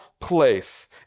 place